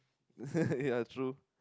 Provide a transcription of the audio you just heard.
ya true